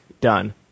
done